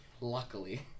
luckily